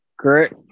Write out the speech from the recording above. Correct